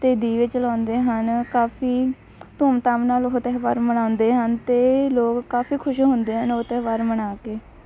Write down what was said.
ਅਤੇ ਦੀਵੇ ਜਲਾਉਂਦੇ ਹਨ ਕਾਫੀ ਧੂਮ ਧਾਮ ਨਾਲ ਉਹ ਤਿਉਹਾਰ ਮਨਾਉਂਦੇ ਹਨ ਅਤੇ ਲੋਕ ਕਾਫੀ ਖੁਸ਼ ਹੁੰਦੇ ਹਨ ਉਹ ਤਿਉਹਾਰ ਮਨਾ ਕੇ